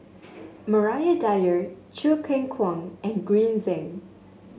Maria Dyer Choo Keng Kwang and Green Zeng